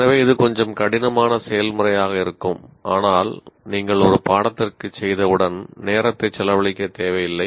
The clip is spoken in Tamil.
எனவே இது கொஞ்சம் கடினமான செயல்முறையாக இருக்கும் ஆனால் நீங்கள் ஒரு பாடத்திற்குச் செய்தவுடன் நேரத்தைச் செலவழிக்கத் தேவையில்லை